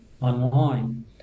online